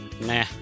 Nah